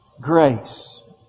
Grace